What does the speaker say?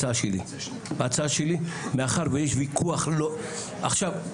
ההצעה שלי, מאחר ויש ויכוח עצום,